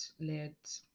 let